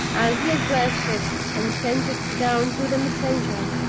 as he addressed it and sent it down to the messenger.